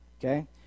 Okay